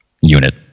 unit